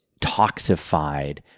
toxified